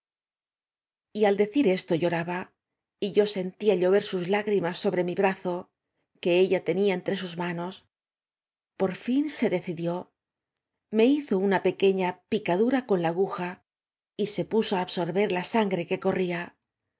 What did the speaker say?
al decir esto lloraba y yo sentía llover sus lágrimas sobre m i brazo que ella tenía entre sua manos por fln se decidió me hizo una peque ña picadura con la aguja y se puso á absorber la sangre que corría